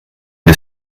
des